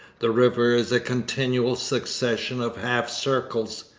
the river is a continual succession of half-circles,